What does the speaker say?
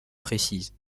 précise